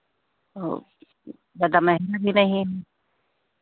वो ज़्यादा महंगा भी नहीं है